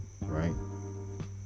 Right